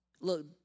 look